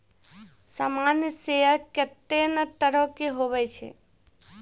सामान्य शेयर कत्ते ने तरह के हुवै छै